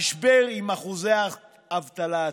משבר עם אחוזי אבטלה עצומים.